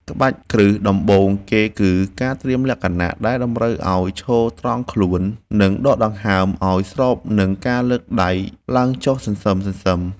ក្បាច់គ្រឹះដំបូងគេគឺ ការត្រៀមលក្ខណៈ ដែលតម្រូវឱ្យឈរត្រង់ខ្លួន និងដកដង្ហើមឱ្យស្របនឹងការលើកដៃឡើងចុះសន្សឹមៗ។